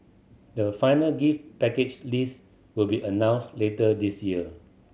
the final gift package list will be announced later this year